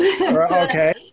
Okay